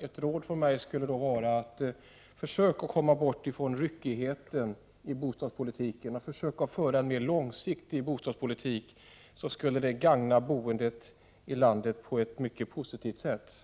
Mitt råd är: Försök att komma bort ifrån ryckigheten i bostadspolitiken och försök att föra en mer långsiktig bostadspolitik. Det skulle gagna boendet i landet på ett mycket positivt sätt.